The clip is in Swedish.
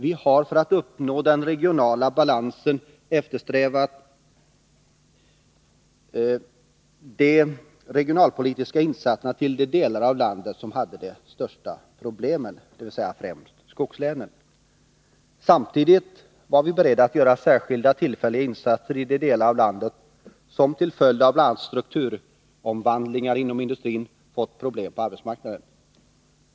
Vi har för att uppnå den regionala balans vi eftersträvar arbetat för en koncentration av de regionalpolitiska insatserna till de delar av landet som har de största problemen, dvs. främst skogslänen. Samtidigt var vi beredda att göra särskilda tillfälliga insatser i de delar av landet som till följd av bl.a. strukturomvandlingar inom industrin fått problem på arbetsmarknaden.